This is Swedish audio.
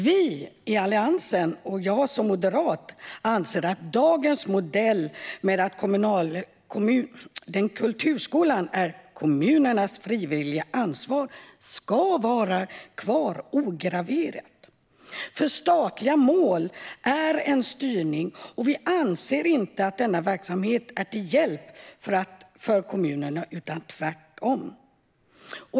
Vi i Alliansen och jag som moderat anser att dagens modell där kulturskolan är kommunernas frivilliga ansvar ska vara kvar ograverad. Statliga mål är en styrning, och vi anser inte att denna styrning är till hjälp för kommunerna utan tvärtom.